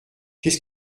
qu’est